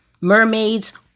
mermaids